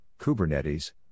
Kubernetes